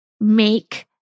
make